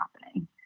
happening